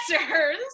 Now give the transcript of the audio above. answers